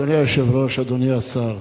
אדוני היושב-ראש, אדוני השר,